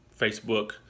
Facebook